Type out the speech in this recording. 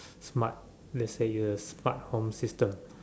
smart let say you are a smart home system